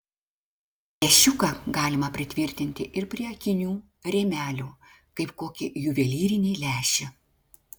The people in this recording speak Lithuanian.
lęšiuką galima pritvirtinti ir prie akinių rėmelių kaip kokį juvelyrinį lęšį